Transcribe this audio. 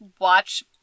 watch